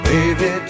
Baby